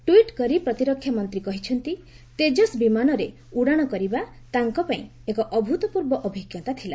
tweet କରି ପ୍ରତିରକ୍ଷାମନ୍ତ୍ରୀ କହିଛନ୍ତି ତେଜସ୍ ବିମାନରେ ଉଡାଣ କରିବା ତାଙ୍କ ପାଇଁ ଏକ ଅଭୂତପୂର୍ବ ଅଭିଞ୍ଜତା ଥିଲା